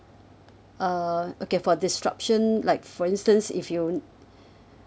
uh okay for disruption like for instance if you